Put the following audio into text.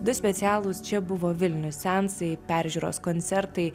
du specialūs čia buvo vilniuj seansai peržiūros koncertai